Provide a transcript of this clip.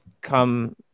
come